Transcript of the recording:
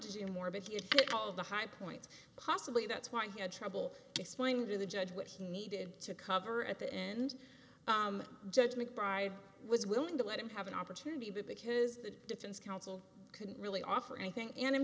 to do more but you get all of the high points possibly that's why he had trouble explaining to the judge what he needed to cover at the end judge mcbride was willing to let him have an opportunity because the defense counsel couldn't really offer anything and in